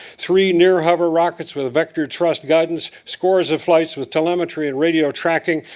three near-hover rockets with vector trust guidance, scores of flights with telemetry and radio tracking,